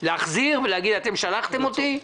להחזיר ולהגיד: אתם שלחתם אותי,